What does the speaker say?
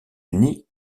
unis